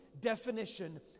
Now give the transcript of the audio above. definition